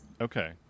Okay